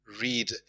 read